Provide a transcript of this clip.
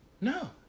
No